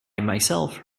myself